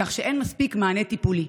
כך שאין מספיק מענה טיפולי.